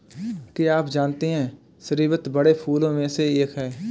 क्या आप जानते है स्रीवत बड़े फूलों में से एक है